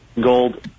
gold